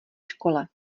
škole